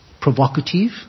provocative